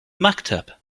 maktub